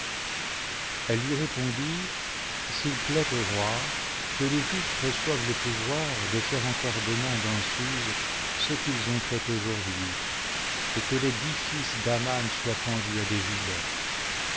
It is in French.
elle lui répondit s'il plaît au roi que les juifs reçoivent le pouvoir de faire encore demain dans suse ce qu'ils ont fait aujourd'hui et que les dix fils d'aman soient pendus à des gibets